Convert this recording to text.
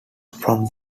from